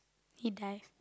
he dies